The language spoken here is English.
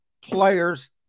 players